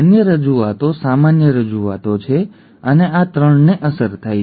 અન્ય રજૂઆતો સામાન્ય રજૂઆતો છે અને આ ૩ ને અસર થાય છે